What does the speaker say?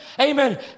amen